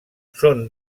són